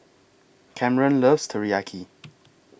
Kamren loves Teriyaki